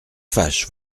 fâche